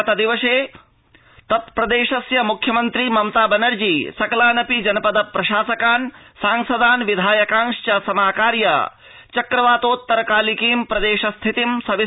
गतदिवसे तत्प्रदेशस्य मुख्यमन्त्री ममता बनर्जी सकलानपि जनपद प्रशासकान् सांसदान् विधायकांश्च समाकार्य चक्रवातोत्तर कालिकीं प्रदेशस्थितिं सविस्तरं समैक्षत